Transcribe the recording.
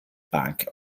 bank